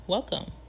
Welcome